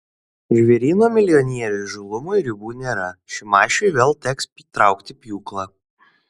žvėryno milijonierių įžūlumui ribų nėra šimašiui vėl teks traukti pjūklą